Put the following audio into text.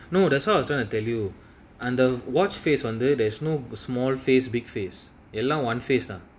no that's why I was trying to tell you அந்த:antha watch face வந்து:vanthu there's no small face big face எல்லா:ellaa one face தா:thaa